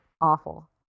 awful